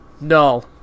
No